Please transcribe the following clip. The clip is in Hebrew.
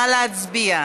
נא להצביע.